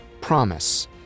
promise